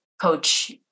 coach